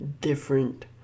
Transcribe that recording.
different